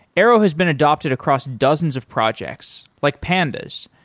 arrow has been adopted across dozens of projects, like pandas,